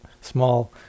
small